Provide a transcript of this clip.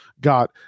got